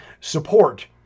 support